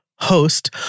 host